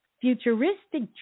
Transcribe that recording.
futuristic